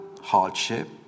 hardship